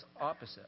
opposite